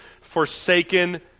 forsaken